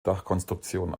dachkonstruktion